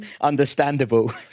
understandable